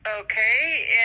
Okay